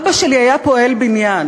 אבא שלי היה פועל בניין,